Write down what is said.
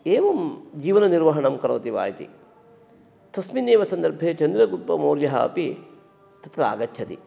एवं जिवननिर्वहणं करोति वा इति तस्मिन् एव सन्दर्भे चन्द्रगुप्तमौर्यः अपि तत्र आगच्छति